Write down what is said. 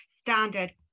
standard